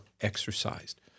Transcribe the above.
exercised